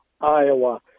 Iowa